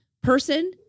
person